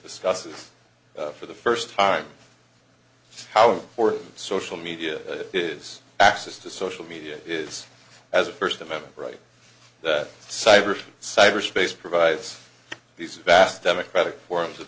discusses for the first time how important social media is access to social media is as a first amendment right that cyber cyberspace provides these vast democratic forms of